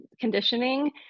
conditioning